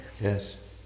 yes